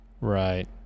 right